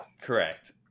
Correct